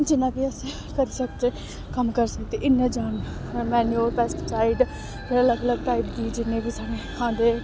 जिन्ना बी अस करी सकचै कम्म करी सकदे इन्ना जान मेनयूर पैस्टीसाइड अलग अलग टाइप दे जिन्ने बी साढ़े आंदे